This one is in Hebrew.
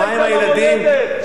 זו המולדת שלהם.